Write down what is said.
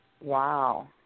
Wow